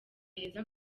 haza